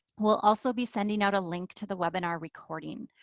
we'll also be sending out a link to the webinar recording.